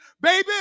baby